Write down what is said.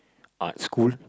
art school